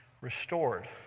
restored